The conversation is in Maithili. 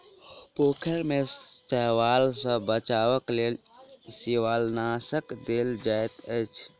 पोखैर में शैवाल सॅ बचावक लेल शिवालनाशक देल जाइत अछि